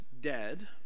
dead